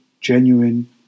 genuine